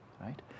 Right